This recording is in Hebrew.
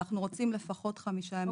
אנחנו רוצים לפחות חמישה ימים.